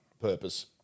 purpose